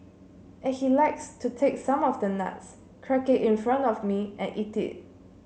and he likes to take some of the nuts crack it in front of me and eat it